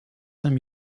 saint